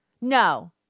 No